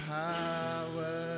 power